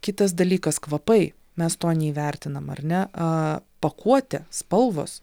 kitas dalykas kvapai mes to neįvertinam ar ne a pakuotė spalvos